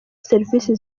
serivisi